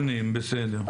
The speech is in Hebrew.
נתונים, בסדר.